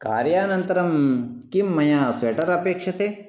कार्यानन्तरं किं मया स्वेटर् अपेक्षते